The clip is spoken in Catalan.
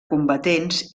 combatents